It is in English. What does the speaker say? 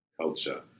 culture